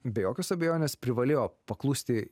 be jokios abejonės privalėjo paklusti